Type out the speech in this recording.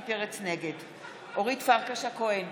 נגד אורית פרקש הכהן,